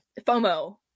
FOMO